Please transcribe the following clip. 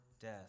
death